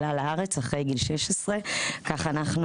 עלה לארץ אחרי גיל 16. כך אנחנו